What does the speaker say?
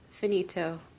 finito